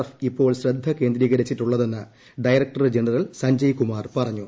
F ഇപ്പോൾ ശ്രദ്ധ കേന്ദ്രികരിച്ചിട്ടുള്ളതെന്ന് ഡയറക്ടർ ജനറൽ സഞ്ജയ്കുമാർ പറഞ്ഞു